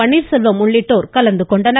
பன்னீர்செல்வம் உள்ளிட்டோர் கலந்து கொண்டனர்